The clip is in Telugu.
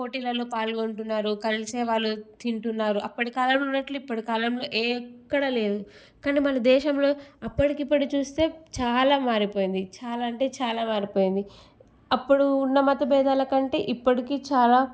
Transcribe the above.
పోటీలల్లో పాల్గొంటున్నారు కలిసే వాళ్ళు తింటున్నారు అప్పటి కాలంలో ఉన్నట్లు ఇప్పటి కాలంలో ఏ ఏక్కడా లేదు కానీ మన దేశంలో అప్పటికిప్పటికి చూస్తే చాలా మారిపోయింది చాలా అంటే చాలా మారిపోయింది అప్పుడు ఉన్న మత భేదాల కంటే ఇప్పటికీ చాలా